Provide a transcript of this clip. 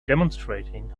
demonstrating